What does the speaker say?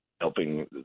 helping